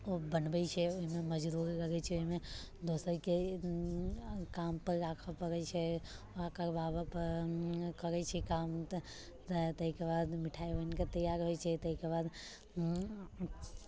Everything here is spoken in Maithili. ओ बनबैत छै ओहिमे मजदूर लगैत छै ओहिमे दोसरके काम पर राखऽ पड़ैत छै वहाँ करबाबऽ करै छै काम तऽ ताहि कऽ बाद मिठाइ बनि कऽ तैआर होइत छै ताहि कऽ बाद